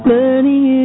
Learning